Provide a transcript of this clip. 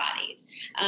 bodies